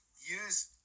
use